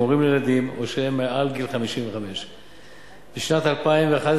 הורים לילדים או שהם מעל גיל 55. בשנת 2011,